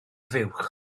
fuwch